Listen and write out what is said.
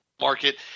market